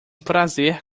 prazer